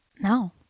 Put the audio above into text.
no